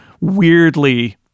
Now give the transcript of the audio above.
weirdly